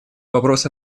вопрос